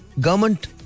Government